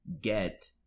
get